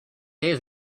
days